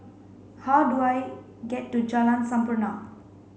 how do I get to Jalan Sampurna